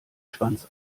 schwanz